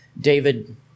david